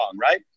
right